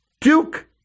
Duke